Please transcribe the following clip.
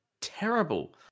terrible